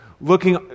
looking